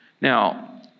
Now